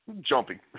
jumping